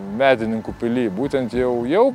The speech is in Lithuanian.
medininkų pily būtent jau jau